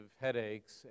headaches